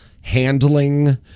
handling